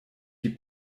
die